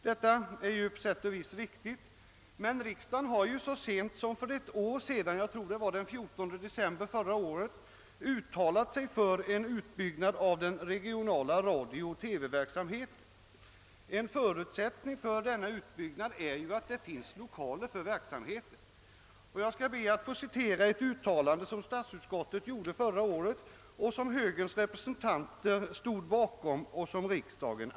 Detta är på sätt och vis riktigt, men riksdagen har så sent som för ett år sedan — jag tror det var den 14 december — uttalat sig för en utbyggnad av den regionala radiooch TV-verksamheten. En förutsättning för denna utbyggnad är att det finns lokaler. Jag skall be att få citera ett uttalande som statsutskottet gjorde förra året. Högerns representanter stod bakom detta och det antogs även av riksdagen.